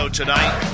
tonight